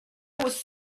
was